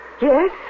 Yes